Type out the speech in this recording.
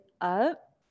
up